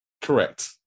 correct